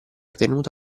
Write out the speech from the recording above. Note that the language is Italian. tenuto